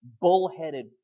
bullheaded